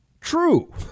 true